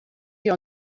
wir